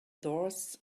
doors